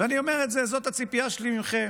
ואני אומר את זה, וזו הציפייה שלי מכם,